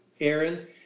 Aaron